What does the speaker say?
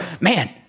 man